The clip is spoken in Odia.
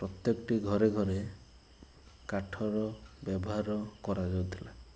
ପତ୍ୟେକଟି ଘରେ ଘରେ କାଠର ବ୍ୟବହାର କରାଯାଉଥିଲା